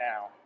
now